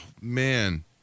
man